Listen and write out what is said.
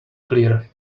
clear